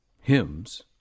hymns